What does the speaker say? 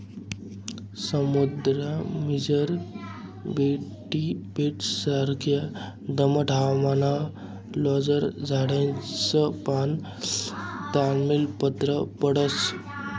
समुद्रमझार बेटससारखा दमट हवामानमा लॉरेल झाडसनं पान, तमालपत्र सापडस